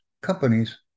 companies